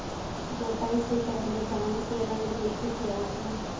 रोपाई से पहले धान के रंग देखे थे आपने?